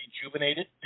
rejuvenated